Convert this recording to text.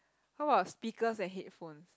how about speakers and headphones